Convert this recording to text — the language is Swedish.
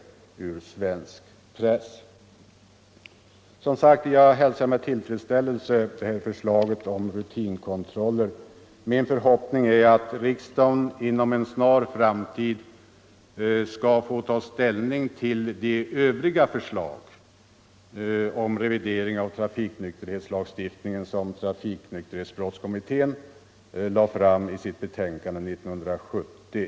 Jag hälsar som sagt med tillfredsställelse förslaget om rutinkontroller. Min förhoppning är att riksdagen inom en snar framtid skall få ta ställning till de övriga förslag om revidering av trafiknykterhetslagstiftningen som Nr 139 trafiknykterhetskommittén lade fram i sitt betänkande 1970.